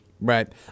Right